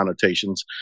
connotations